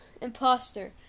Imposter